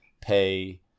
pay